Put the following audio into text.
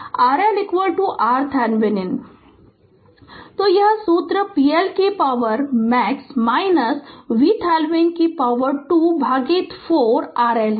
Refer Slide Time 1555 तो यह सूत्र pLmax VThevenin 2 भागित 4 RL है